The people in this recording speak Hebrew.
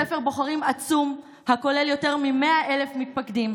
ספר בוחרים עצום הכולל יותר מ-100,000 מתפקדים.